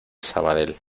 sabadell